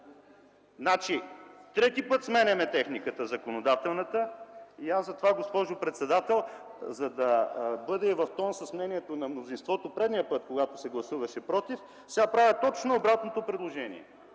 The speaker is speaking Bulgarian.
Трети път сменяме законодателната техника и затова аз, госпожо председател, за да бъда в тон с мнението на мнозинството предния път, когато се гласуваше против, сега правя точно обратното предложение: